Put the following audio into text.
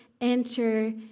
enter